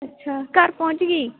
ਅੱਛਾ ਘਰ ਪਹੁੰਚ ਗਈ